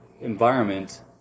environment